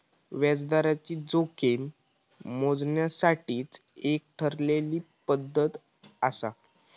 व्याजदराची जोखीम मोजण्यासाठीची एक ठरलेली पद्धत आसा